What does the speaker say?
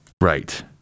Right